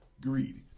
Greed